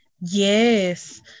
Yes